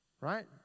right